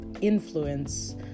influence